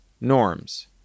norms